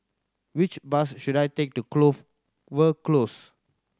which bus should I take to Clover Close